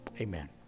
Amen